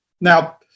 Now